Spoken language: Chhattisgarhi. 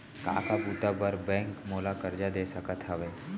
का का बुता बर बैंक मोला करजा दे सकत हवे?